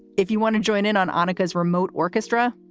if you want to join in on annika's remote orchestra,